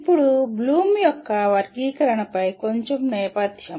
ఇప్పుడు బ్లూమ్ యొక్క వర్గీకరణపై కొంచెం నేపథ్యం